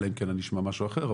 אלא אם כן אני אשמע משהו אחר,